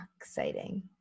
Exciting